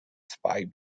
spy